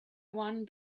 one